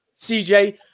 CJ